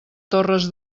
torres